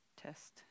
Test